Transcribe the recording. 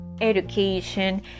education